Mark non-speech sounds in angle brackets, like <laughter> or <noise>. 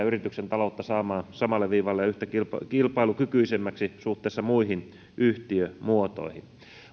<unintelligible> yrityksen taloutta pystytään saamaan samalle viivalle ja kilpailukykyisemmäksi suhteessa muihin yhtiömuotoihin